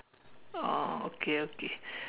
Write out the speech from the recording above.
oh okay okay